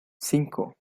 cinco